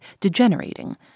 degenerating